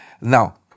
Now